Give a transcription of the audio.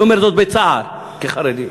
אני אומר זאת בצער, כחרדי.